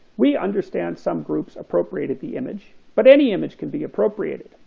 we understand some groups appropriated the image, but any image could be appropriated.